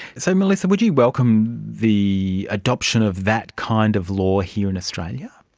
so melissa, would you welcome the adoption of that kind of law here in australia?